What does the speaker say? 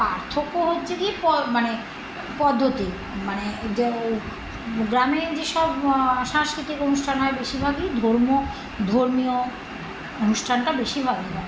পার্থক্য হচ্ছে কি প মানে পদ্ধতি মানে যে গ্রামে যেসব সাংস্কৃতিক অনুষ্ঠান হয় বেশিরভাগই ধর্ম ধর্মীয় অনুষ্ঠানটা বেশিরভাগই হয়